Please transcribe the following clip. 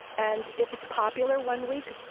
and if it's popular one week,